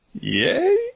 Yay